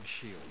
shield